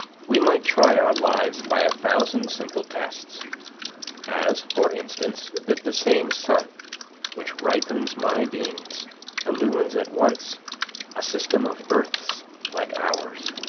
we might try our lives by a thousand simple tests as, for instance, that the same sun which ripens my beans illumines at once a system of earths like ours.